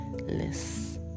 less